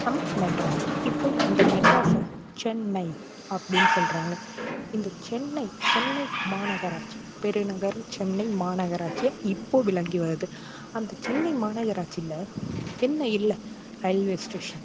நம்ம மெட்ராஸ் இப்போது அந்த மெட்ராஸை சென்னை அப்படின்னு சொல்கிறாங்க இந்த சென்னை சென்னை மாநகராட்சி பெருநகர் சென்னை மாநகராட்சியாக இப்போது விளங்கி வருது அந்த சென்னை மாநகராட்சியில் என்ன இல்லை ரயில்வே ஸ்டேஷன்